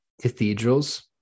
Cathedrals